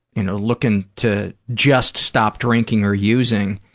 you know looking to just stop drinking or using,